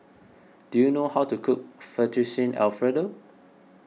do you know how to cook Fettuccine Alfredo